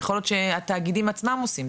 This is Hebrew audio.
יכול להיות שהתאגידים עצמם עושים,